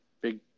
big –